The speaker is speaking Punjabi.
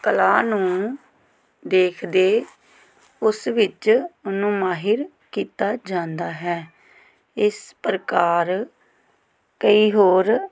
ਕਲਾ ਨੂੰ ਦੇਖਦੇ ਉਸ ਵਿੱਚ ਉਹਨੂੰ ਮਾਹਿਰ ਕੀਤਾ ਜਾਂਦਾ ਹੈ ਇਸ ਪ੍ਰਕਾਰ ਕਈ ਹੋਰ